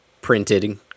printed